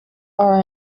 are